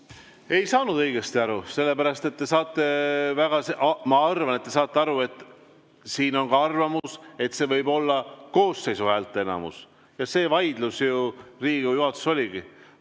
ei saanud õigesti aru, sellepärast et te saate aru – ma arvan, et te saate aru –, et siin on ka arvamus, et see võib olla koosseisu häälteenamus. See vaidlus ju Riigikogu juhatuses oligi.